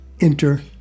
enter